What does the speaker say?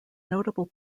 notable